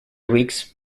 weeks